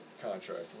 contract